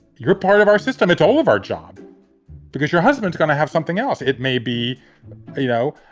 you're part of our system. it's all of our job because your husband's gonna have something else. it may be you know,